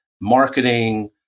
marketing